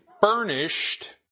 furnished